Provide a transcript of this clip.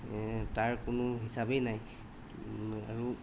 তাৰ কোনো হিচাবেই নাই আৰু